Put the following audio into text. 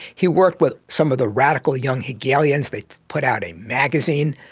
he worked with some of the radical young hegelians, they put out a magazine,